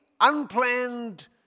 unplanned